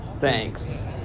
Thanks